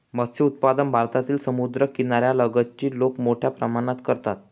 मत्स्य उत्पादन भारतातील समुद्रकिनाऱ्या लगतची लोक मोठ्या प्रमाणात करतात